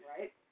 Right